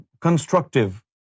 constructive